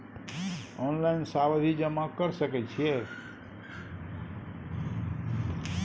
Online सावधि जमा कर सके छिये?